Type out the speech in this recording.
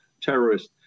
terrorists